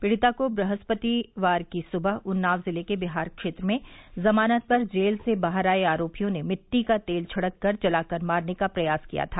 पीड़िता को बृहस्पतिवार की सुबह उन्नाव जिले के बिहार क्षेत्र में जमानत पर जेल से बाहर आए आरोपियों ने मिटटी का तेल छिड़ककर जलाकर मारने का प्रयास किया था